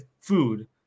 food